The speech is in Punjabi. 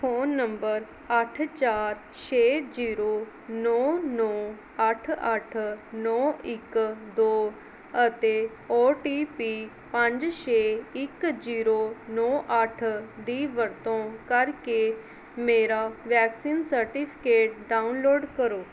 ਫ਼ੋਨ ਨੰਬਰ ਅੱਠ ਚਾਰ ਛੇ ਜੀਰੋੋ ਨੌ ਨੌ ਅੱਠ ਅੱਠ ਨੌ ਇੱਕ ਦੋ ਅਤੇ ਓ ਟੀ ਪੀ ਪੰਜ ਛੇ ਇੱਕ ਜੀਰੋ ਨੌ ਅੱਠ ਦੀ ਵਰਤੋਂ ਕਰਕੇ ਮੇਰਾ ਵੈਕਸੀਨ ਸਰਟੀਫਿਕੇਟ ਡਾਊਨਲੋਡ ਕਰੋ